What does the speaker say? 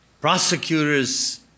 prosecutors